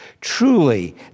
Truly